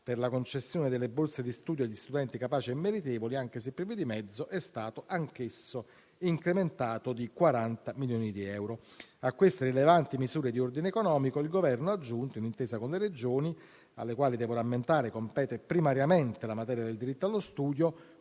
per la concessione delle borse di studio agli studenti capaci e meritevoli, anche se privi di mezzi, è stato incrementato di 40 milioni di euro. A queste rilevanti misure di ordine economico, il Governo ha aggiunto, d'intesa con le Regioni, alle quali, devo rammentare, compete primariamente la materia del diritto allo studio,